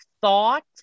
thought